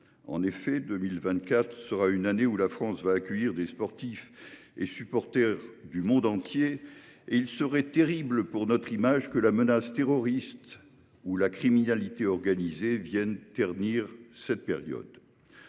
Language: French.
En effet, 2024 sera une année où la France accueillera des sportifs et supporters du monde entier. Il serait terrible pour notre image que la menace terroriste ou la criminalité organisée viennent ternir cette période.